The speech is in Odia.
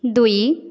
ଦୁଇ